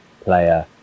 player